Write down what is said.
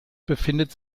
befindet